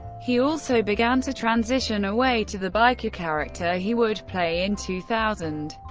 he also began to transition away to the biker character he would play in two thousand.